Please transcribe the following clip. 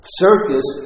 circus